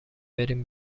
بریم